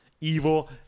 evil